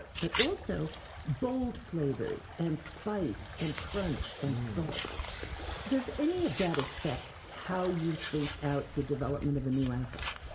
ah but also bold flavors, and spice, and crunch, and salt does any of that affect how you think out the development of a new apple?